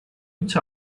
each